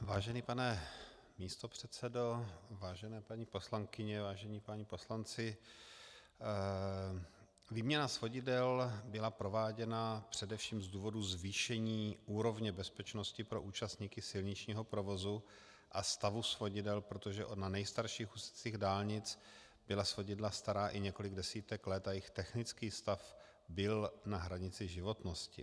Vážený pane místopředsedo, vážené paní poslankyně, vážení páni poslanci, výměna svodidel byla prováděna především z důvodu zvýšení úrovně bezpečnosti pro účastníky silničního provozu a stavu svodidel, protože na nejstarších úsecích dálnic byla svodidla stará i několik desítek let a jejich technický stav byl na hranici životnosti.